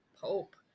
Pope